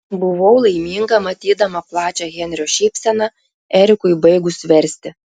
buvau laiminga matydama plačią henrio šypseną erikui baigus versti